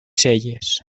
celles